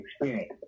experience